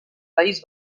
país